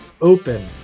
open